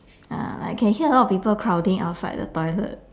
uh like can see lot of people crowding outside the toilet